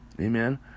Amen